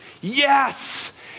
yes